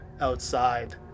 outside